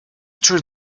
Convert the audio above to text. true